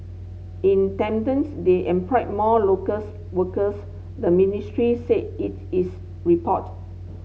in tandem's they employed more locals workers the ministry said it is report